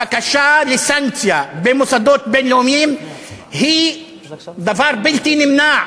הבקשה לסנקציה במוסדות בין-לאומיים היא דבר בלתי נמנע,